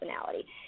personality